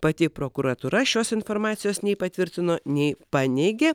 pati prokuratūra šios informacijos nei patvirtino nei paneigė